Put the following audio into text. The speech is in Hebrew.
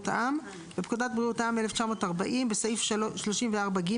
בסעיף 62,